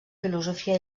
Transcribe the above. filosofia